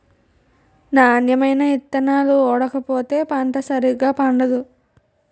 నాణ్యమైన ఇత్తనాలు ఓడకపోతే పంట సరిగా పండదు